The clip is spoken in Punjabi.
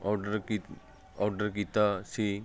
ਔਡਰ ਕੀਤ ਔਡਰ ਕੀਤਾ ਸੀ